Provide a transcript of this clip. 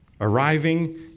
Arriving